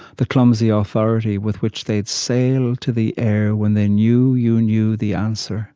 the clumsy ah authority with which they'd sail to the air when they knew you knew the answer